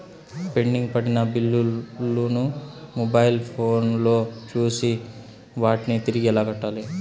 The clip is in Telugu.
పెండింగ్ పడిన బిల్లులు ను మొబైల్ ఫోను లో చూసి వాటిని తిరిగి ఎలా కట్టాలి